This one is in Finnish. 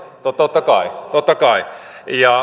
totta kai totta kai